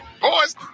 Boys